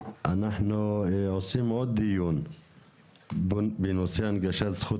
אנחנו עושים עוד דיון בנושא הנגשת זכות